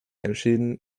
entschieden